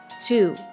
two